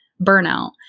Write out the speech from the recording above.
burnout